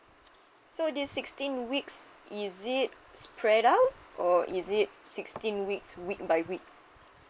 so this sixteen weeks is it spread out or is it sixteen weeks week by week